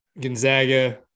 Gonzaga